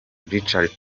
richard